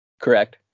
Correct